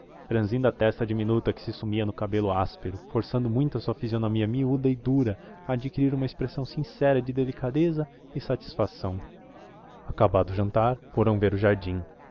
franzindo a testa diminuta que se sumia no cabelo áspero forçando muito a sua fisionomia miúda e dura a adquirir uma expressão sincera de delicadeza e satisfação acabado o jantar foram ver o jardim